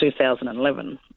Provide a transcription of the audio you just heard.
2011